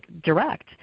direct